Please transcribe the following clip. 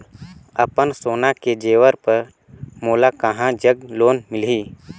अपन सोना के जेवर पर मोला कहां जग लोन मिलही?